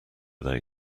they